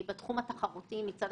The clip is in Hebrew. בשנים האחרונות חל שיפור תחרותי